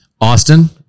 Austin